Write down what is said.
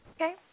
okay